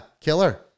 Killer